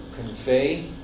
convey